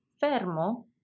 fermo